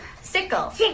Sickle